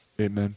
Amen